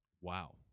Wow